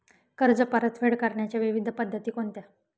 कर्ज परतफेड करण्याच्या विविध पद्धती कोणत्या?